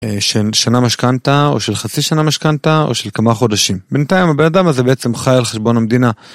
של שנה משכנת או של חצי שנה משכנת או של כמה חודשים בינתיים הבן אדם הזה בעצם חי על חשבון המדינה